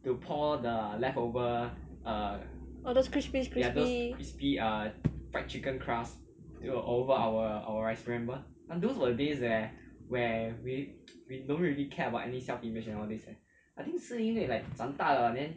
all those crispy crispy